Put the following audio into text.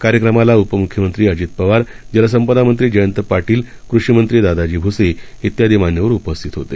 कार्यक्रमालाउपम्ख्यमंत्रीअजितपवारजलसंपदामंत्रीजयंतपाटील कृषिमंत्रीदादाजीभ्सेइत्यादीमान्यवरउपस्थितहोते